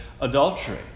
adultery